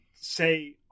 say